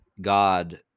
God